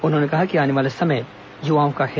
उन्होंने कहा कि आने वाला समय युवाओ का है